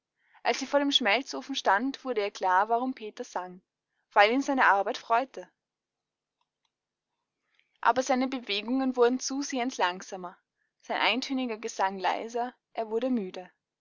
als sie vor dem schmelzofen stand wurde ihr klar warum peter sang weil ihn seine arbeit freute aber seine bewegungen wurden zusehends langsamer sein eintöniger gesang leiser er wurde müde